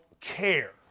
care